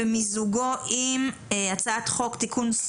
ומיזוגו עם הצעת חוק הספורט (תיקון,